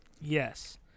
Yes